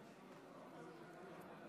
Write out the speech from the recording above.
בבקשה.